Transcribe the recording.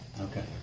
Okay